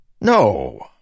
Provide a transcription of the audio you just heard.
No